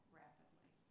rapidly